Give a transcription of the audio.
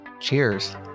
Cheers